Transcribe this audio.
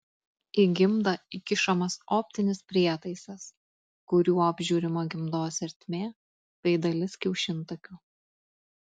į gimdą įkišamas optinis prietaisas kuriuo apžiūrima gimdos ertmė bei dalis kiaušintakių